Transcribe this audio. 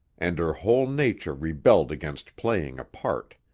and her whole nature rebelled against playing a part.